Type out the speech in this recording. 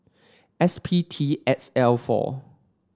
S P T X L four